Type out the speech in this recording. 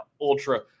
ultra